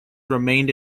remained